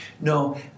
No